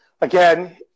again